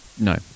No